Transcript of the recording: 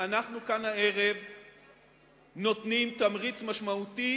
שאנחנו כאן הערב נותנים תמריץ משמעותי